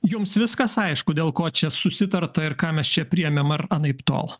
jums viskas aišku dėl ko čia susitarta ir ką mes čia priėmėm ar anaiptol